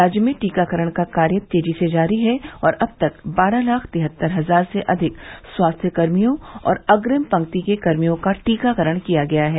राज्य में टीकाकरण का कार्य तेजी से जारी है और अब तक बारह लाख तिहत्तर हजार से अधिक स्वास्थ्य कर्मियों और अग्रिम पंक्ति कर्मियों का टीकाकरण किया गया है